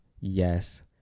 yes